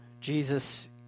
Jesus